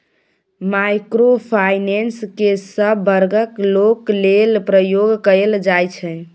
micro finance केँ सब बर्गक लोक लेल प्रयोग कएल जाइ छै